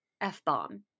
F-bomb